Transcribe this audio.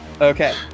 Okay